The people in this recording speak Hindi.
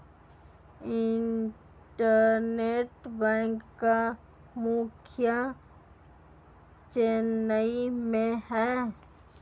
इंडियन बैंक का मुख्यालय चेन्नई में है